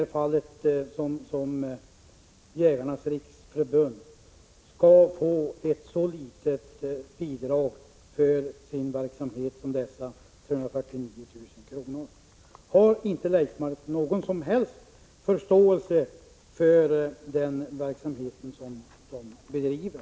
är alldeles för litet när det är fråga om en rikstäckande organisation som i det här fallet Jägarnas riksförbund. Har inte Leif Marklund någon som helst förståelse för den verksamhet som detta förbund bedriver?